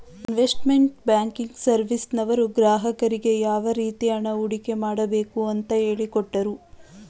investment banking ಸರ್ವಿಸ್ನವರು ಗ್ರಾಹಕರಿಗೆ ಯಾವ ರೀತಿ ಹಣ ಹೂಡಿಕೆ ಮಾಡಬೇಕು ಅಂತ ಹೇಳಿಕೊಟ್ಟರು